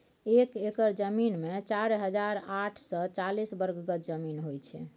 एक एकड़ जमीन मे चारि हजार आठ सय चालीस वर्ग गज जमीन होइ छै